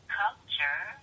culture